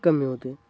कमी होते